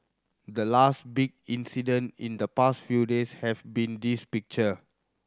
the last big incident in the past few days have been this picture